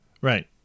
Right